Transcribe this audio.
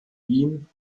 wien